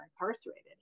incarcerated